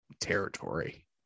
territory